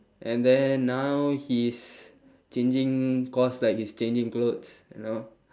and then now he is changing course like he's changing clothes you know